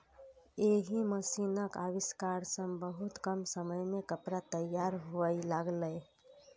एहि मशीनक आविष्कार सं बहुत कम समय मे कपड़ा तैयार हुअय लागलै